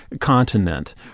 continent